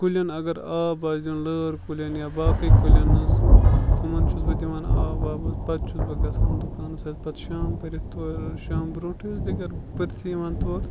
کُلٮ۪ن اَگر آب آسہِ دیُن لٲر کُلٮ۪ن یا باقٕے کُلٮ۪ن حظ تِمَن چھُس بہٕ دِوان آب واب حظ پَتہٕ چھُس بہٕ گژھان دُکانَس حظ پَتہٕ شام پٔرِتھ تورٕ شام برٛونٛٹھٕے حظ دِگر پٔرۍتھٕے یِوان تورٕ